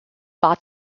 bad